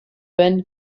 wen